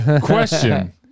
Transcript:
Question